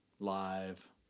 live